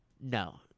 No